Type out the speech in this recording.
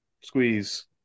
squeeze